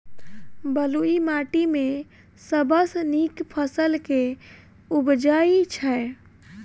बलुई माटि मे सबसँ नीक फसल केँ उबजई छै?